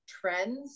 trends